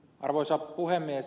arvoisa puhemies